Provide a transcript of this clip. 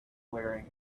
wearing